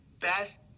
best